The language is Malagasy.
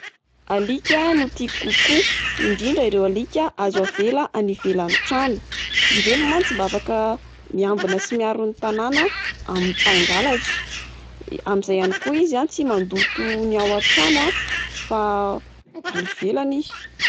Alika no tiako kokoa, indrindra ireo alika azo avela any ivelan'ny trano. Ireny mantsy mba afaka miambina sy miaro ny tanàna amin'ny mpangalatra. Amin'izay ihany koa izy tsy mandoto ny ao an-trano fa any ivelany izy.